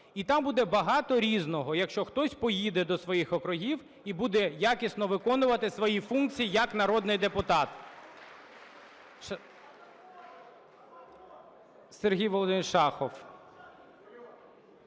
і там буде багато різного, якщо хтось поїде до своїх округів і буде якісно виконувати свої функції як народний депутат.